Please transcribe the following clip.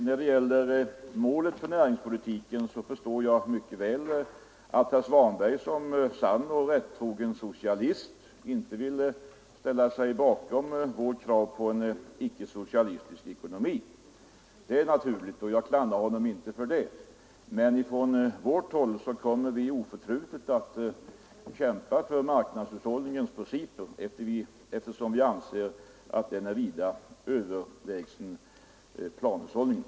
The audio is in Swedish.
När det gäller målet för näringspolitiken förstår jag mycket väl att herr Svanberg som sann och rättrogen socialist inte vill ställa sig bakom vårt krav på en icke-socialistisk ekonomi. Det är naturligt, och jag klandrar honom inte för det. Men från vårt håll kommer vi oförtrutet att kämpa för marknadshushållningens principer, eftersom vi anser att marknadshushållningen är vida överlägsen planhushållningen.